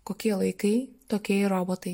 kokie laikai tokie ir robotai